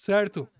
Certo